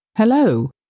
Hello